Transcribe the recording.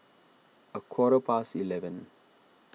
a quarter past eleven